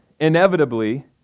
inevitably